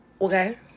okay